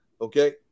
okay